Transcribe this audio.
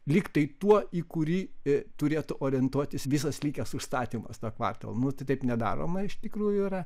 lyg tai tuo į kurį turėtų orientuotis visas likęs užstatymas tą kvartalą nu tai taip nedaroma iš tikrųjų yra